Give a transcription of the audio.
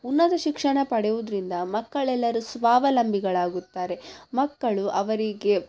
ಉನ್ನತ ಶಿಕ್ಷಣ ಪಡೆಯೋದ್ರಿಂದ ಮಕ್ಕಳೆಲ್ಲರು ಸ್ವಾವಲಂಬಿಗಳಾಗುತ್ತಾರೆ ಮಕ್ಕಳು ಅವರಿಗೆ